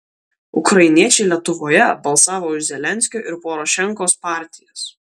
ukrainiečiai lietuvoje balsavo už zelenskio ir porošenkos partijas